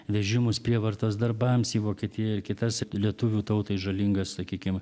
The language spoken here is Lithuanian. vežimus prievartos darbams į vokietiją ir kitas lietuvių tautai žalingas sakykim